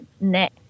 net